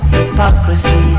hypocrisy